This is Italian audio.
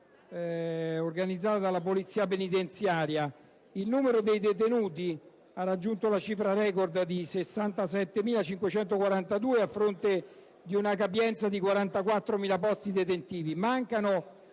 organizzata dalla Polizia penitenziaria. Il numero dei detenuti ha raggiunto la cifra record di 67.542, a fronte di una capienza di circa 44.000 posti detentivi. Mancano